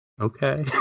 okay